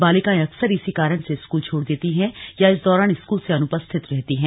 बालिकाएं अक्सर इसी कारण से स्कूल छोड़ देती है या इस दौरान स्कूल से अनुपस्थित रहती हैं